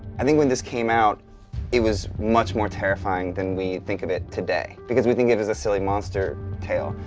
i think when this came out it was much more terrifying than we think of it today. because we think of it as a silly monster tale.